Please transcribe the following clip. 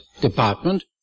Department